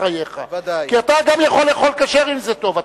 חייך כי אתה גם יכול לאכול כשר אם זה טוב.